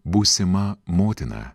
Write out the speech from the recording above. būsima motina